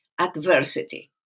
adversity